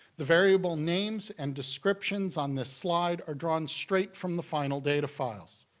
the variable names and descriptions on this slide are drawn straight from the final data files.